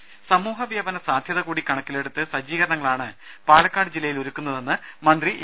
രുമ സമൂഹ വ്യാപന സാധ്യത കൂടി കണക്കിലെടുത്ത് സജ്ജീകരണങ്ങളാണ് പാലക്കാട് ജില്ലയിൽ ഒരുക്കുന്നതെന്ന്മന്ത്രി എ